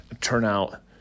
turnout